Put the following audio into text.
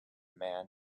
man